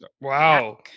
Wow